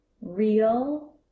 real